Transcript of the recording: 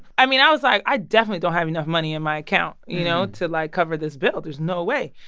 i mean, i was like, i definitely don't have enough money in my account, you know, to, like, cover this bill. there's no way.